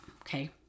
Okay